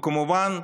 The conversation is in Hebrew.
כמובן,